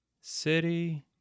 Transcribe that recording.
city